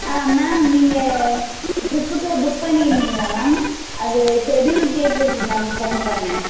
ஆ ma'am நீங்கள் ட்ரிப்புக்கு book பண்ணியிருந்தீங்களா மேம் அது ஷெட்யூல் கேட்கறத்துக்கு மேம் ஃபோன் பண்ணிணேன்